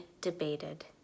debated